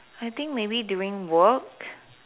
I think maybe during work